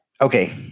Okay